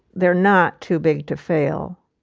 they're not too big to fail.